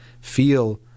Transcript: feel